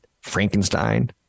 Frankenstein